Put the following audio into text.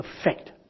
effect